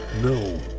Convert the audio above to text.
No